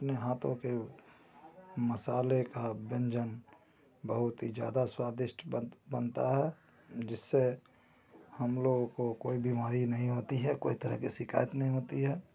अपने हाथों के मसाले का व्यंजन बहुत ही ज्यादा स्वादिष्ट बनता है जिससे हम लोगों को कोई बीमारी नहीं होती है कोई तरह की शिकायत नहीं होती है